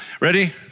Ready